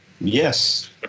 Yes